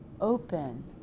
Open